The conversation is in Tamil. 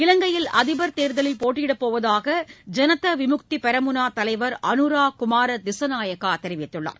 இலங்கையில் அதிபர் தேர்தலில் போட்டியிடப் போவதாக ஜனத விமுக்தி பெரமுனா தலைவர் அனுரா குமார திசநாயக்கா தெரிவித்துள்ளார்